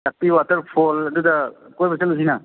ꯆꯥꯛꯄꯤ waterfall ꯑꯗꯨꯗ ꯀꯣꯏꯕ ꯆꯠꯂꯨꯁꯤꯅ